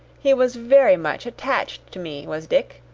he was very much attached to me, was dick.